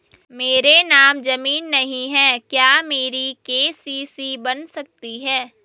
मेरे नाम ज़मीन नहीं है क्या मेरी के.सी.सी बन सकती है?